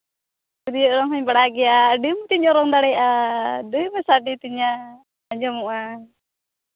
ᱛᱤᱨᱭᱳ ᱚᱨᱚᱝ ᱦᱚᱧ ᱵᱟᱲᱟᱭ ᱜᱮᱭᱟ ᱟᱹᱰᱤ ᱢᱚᱡᱤᱧ ᱚᱨᱚᱝ ᱜᱮᱭᱟ ᱟᱹᱰᱤ ᱢᱚᱡᱽ ᱥᱟᱰᱮ ᱛᱤᱧᱟ ᱟᱸᱡᱚᱢᱚᱜᱼᱟ